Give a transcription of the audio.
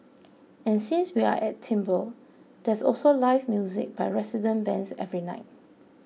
and since we're at Timbre there's also live music by resident bands every night